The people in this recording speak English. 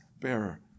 bearer